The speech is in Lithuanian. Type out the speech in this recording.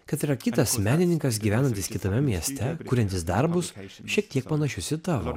kad yra kitas menininkas gyvenantis kitame mieste kuriantis darbus šiek tiek panašius į tavo